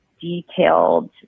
detailed